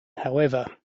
however